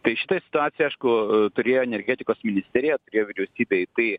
tai šita situacija aišku turėjo energetikos ministerija vyriausybei tai